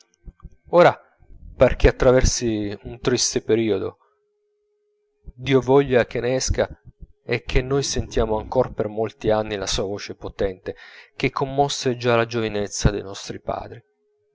ora par che attraversi un triste periodo dio voglia che ne esca e che noi sentiamo ancora per molti anni la sua voce potente che commosse già la giovinezza dei nostri padri